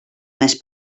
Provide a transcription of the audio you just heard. més